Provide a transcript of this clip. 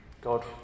God